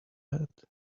hat